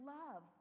love